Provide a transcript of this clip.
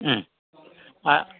മ്